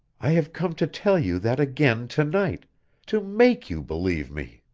i have come to tell you that again to-night to make you believe me.